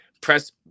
press